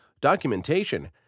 documentation